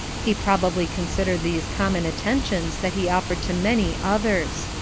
he probably considered these common attentions that he offered to many others.